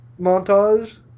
montage